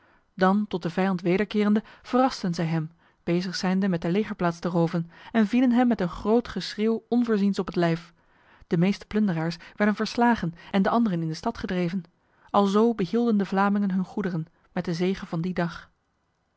dan tot de vijand wederkerende verrasten zij hem bezig zijnde met de legerplaats te roven en vielen hem met een groot geschreeuw onvoorziens op het lijf de meeste plunderaars werden verslagen en de anderen in de stad gedreven alzo behielden de vlamingen hun goederen met de zege van die dag